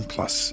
Plus